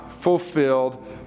fulfilled